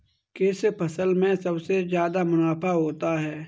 किस फसल में सबसे जादा मुनाफा होता है?